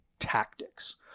Tactics